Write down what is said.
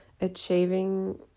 achieving